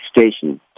station